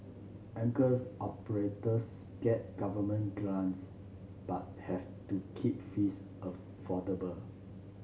anchors operators get government grants but have to keep fees affordable